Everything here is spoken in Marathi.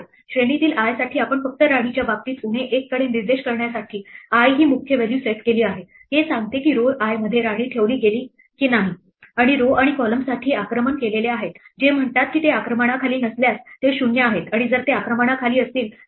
श्रेणीतील i साठी आपण फक्त राणीच्या बाबतीत उणे 1 कडे निर्देश करण्यासाठी i ही मुख्य व्हॅल्यू सेट केली आहे हे सांगते की row i मध्ये राणी ठेवली गेली नाही आणि row आणि column साठी हे आक्रमण केलेले आहेत जे म्हणतात की ते आक्रमणाखाली नसल्यास ते 0 आहेत आणि जर ते आक्रमणाखाली असतील तर एक